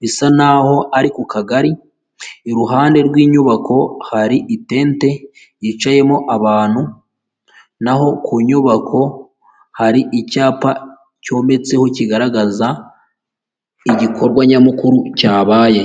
bisa n'aho ari ku kagari, iruhande rw'inyubako hari itente yicayemo abantu naho ku nyubako hari icyapa cyometseho kigaragaza igikorwa nyamukuru cyabaye.